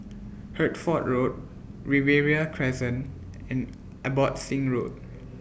Hertford Road Riverina Crescent and Abbotsingh Road